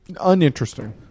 uninteresting